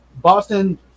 boston